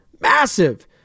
Massive